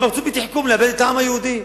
הם רצו בתחכום לאבד את העם היהודי.